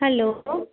hello